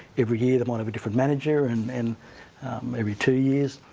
every year they might have a different manager, and and every two years,